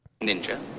Ninja